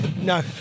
no